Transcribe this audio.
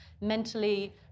mentally